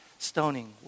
Stoning